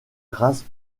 grâce